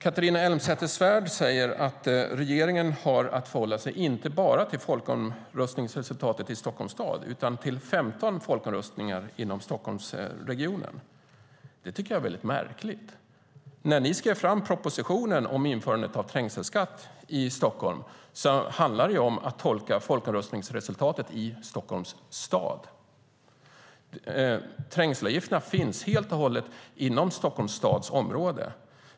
Catharina Elmsäter-Svärd säger att regeringen har att förhålla sig inte bara till folkomröstningsresultatet i Stockholms stad utan till 15 folkomröstningar i Stockholmsregionen. Det tycker jag är väldigt märkligt. När ni lade fram propositionen om trängselskatt i Stockholm handlade det ju om att tolka folkomröstningsresultatet i Stockholms stad. Trängselavgifterna finns helt och hållet inom Stockholms stads område.